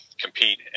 compete